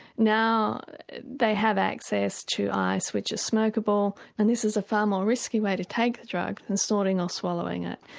now they have access to ice which is smokable and this is a far more risky way to take the drug than and snorting or swallowing it.